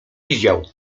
widział